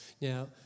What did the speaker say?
Now